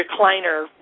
recliner